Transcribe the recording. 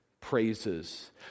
praises